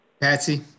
Patsy